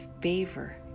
favor